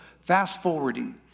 fast-forwarding